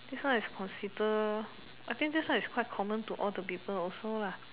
this one is consider I think this one is quite common to all the people also